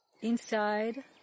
inside